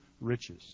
riches